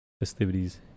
festivities